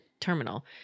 terminal